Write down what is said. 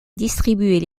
distribuer